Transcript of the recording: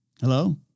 Hello